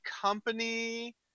company